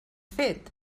fet